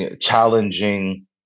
challenging